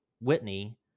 Whitney